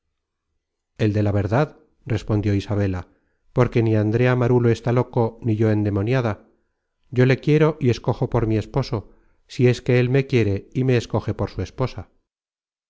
el de la verdad respondió isabela porque ni andrea marulo está loco ni yo endemoniada yo le quiero y escojo por mi esposo si es que él me quiere y me escoge por su esposa